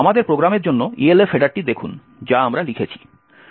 আমাদের প্রোগ্রামের জন্য ELF হেডারটি দেখুন যা আমরা লিখেছি